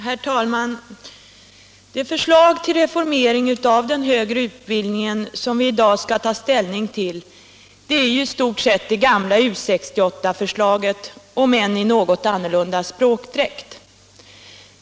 Herr talman! Det förslag till reformering av den högre utbildningen forskning inom som vi i dag skall ta ställning till är ju i stort sett det gamla U 68-förslaget, om än i något annorlunda språkdräkt.